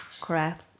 correct